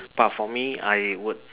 but for me I would